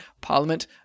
parliament